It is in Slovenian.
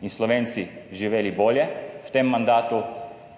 in Slovenci živeli bolje v tem mandatu,